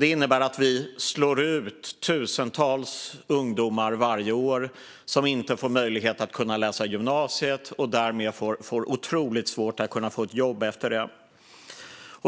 Det innebär att vi slår ut tusentals ungdomar varje år som inte får möjlighet att läsa på gymnasiet och som därmed får otroligt svårt att få ett jobb.